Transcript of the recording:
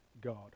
God